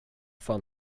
fan